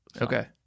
Okay